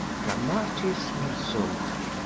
dramatis personae.